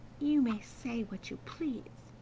you may say what you please,